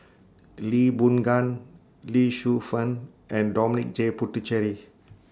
Lee Boon Ngan Lee Shu Fen and Dominic J Puthucheary